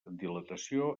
dilatació